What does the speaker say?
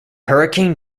hurricane